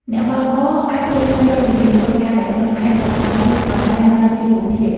អ្នកបើកបរអាចគ្រប់គ្រងពេលវេលាធ្វើការដោយខ្លួនឯង ដែលផ្ដល់ភាពបត់បែនដល់ជីវភាព។